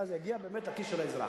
אלא שזה יגיע באמת לכיסו של האזרח.